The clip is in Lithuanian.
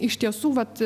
iš tiesų vat